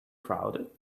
crowded